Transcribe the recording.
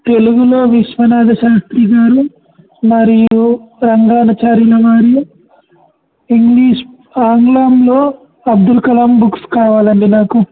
తెలుగులో విశ్వనాథ శాస్త్రి గారు మరియు రంగాణచార్యుల వారు ఇంగ్లీష్ ఆంగ్లంలో అబ్దుల్ కలాం బుక్స్ కావాలండి నాకు